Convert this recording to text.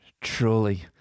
Truly